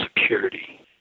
security